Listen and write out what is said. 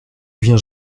viens